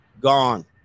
Gone